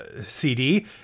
cd